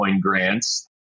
grants